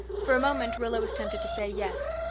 for a moment rilla was tempted to say yes.